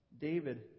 David